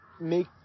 make